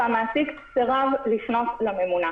והמעסיק סירב לפנות לממונה.